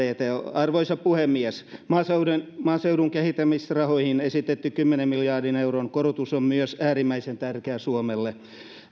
arvoisa puhemies maaseudun kehittämisrahoihin esitetty kymmenen miljardin euron korotus on myös äärimmäisen tärkeä suomelle